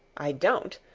i don't.